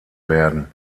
werden